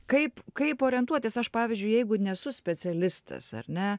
kaip kaip orientuotis aš pavyzdžiui jeigu nesu specialistas ar ne